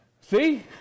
See